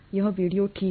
यह वीडियो ठीक है